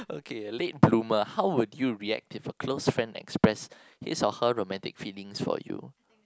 okay a late bloomer how would you react if a close friend express his or her romantic feelings for you